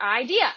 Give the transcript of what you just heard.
idea